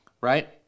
right